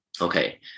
Okay